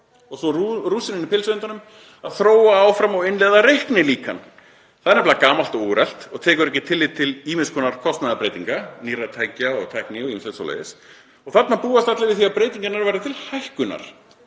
er svo að það á að þróa áfram og innleiða reiknilíkan. Það er nefnilega gamalt og úrelt og tekur ekki tillit til ýmiss konar kostnaðarbreytinga, nýrra tækja og tækni og ýmislegs svoleiðis. Þarna búast allir við því að breytingarnar verði til hækkunar,